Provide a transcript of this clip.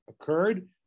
occurred